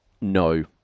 no